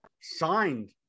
signed